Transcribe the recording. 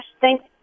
thanks